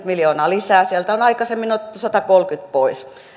miljoonaa lisää sieltä on aikaisemmin otettu satakolmekymmentä miljoonaa pois